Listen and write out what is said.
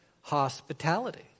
hospitality